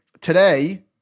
Today